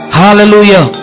hallelujah